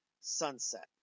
sunset